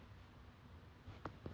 probably be to grow taller lah